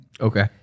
Okay